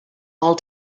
all